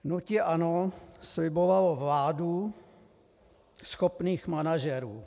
Hnutí ANO slibovalo vládu schopných manažerů.